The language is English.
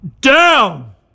down